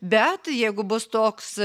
bet jeigu bus toks